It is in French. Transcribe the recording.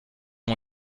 ont